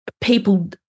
people